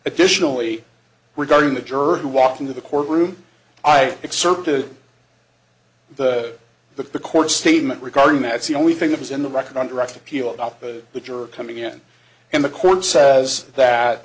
additionally regarding the jerk who walked into the courtroom i excerpted the that the court statement regarding that's the only thing that was in the record on direct appeal about the litter coming in and the court says that